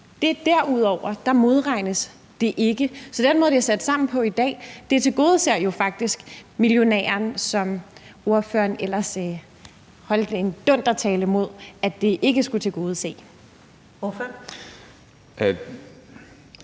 kr., og derudover modregnes der ikke. Så den måde, det er sat sammen på i dag, tilgodeser jo faktisk millionæren, som ordføreren ellers holdt en dundertale om at det ikke skulle tilgodese. Kl.